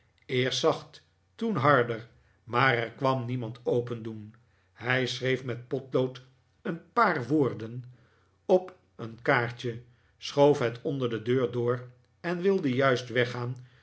eerst zacht toen harder maar er kwam niemand opendoen hij schreef met potlood een paar woorden op een kaartje schoof het onder de deur door en wilde juist weggaan